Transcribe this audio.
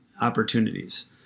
opportunities